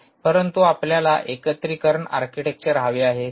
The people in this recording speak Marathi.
परंतु आपल्याला एकत्रीकरण आर्किटेक्चर हवे आहे